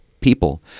people